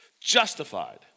Justified